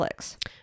Netflix